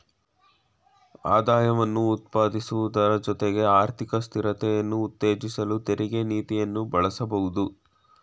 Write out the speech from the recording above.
ಆದಾಯವನ್ನ ಉತ್ಪಾದಿಸುವುದ್ರ ಜೊತೆಗೆ ಆರ್ಥಿಕ ಸ್ಥಿರತೆಯನ್ನ ಉತ್ತೇಜಿಸಲು ತೆರಿಗೆ ನೀತಿಯನ್ನ ಬಳಸಬಹುದು